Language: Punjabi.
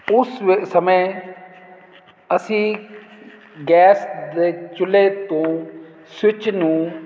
ਉਸ ਵੇ ਸਮੇਂ ਅਸੀਂ ਗੈਸ ਦੇ ਚੁੱਲ੍ਹੇ ਤੋਂ ਸਵਿਚ ਨੂੰ